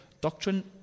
doctrine